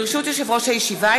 ברשות יושב-ראש הישיבה,